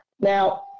Now